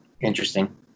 Interesting